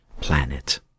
planet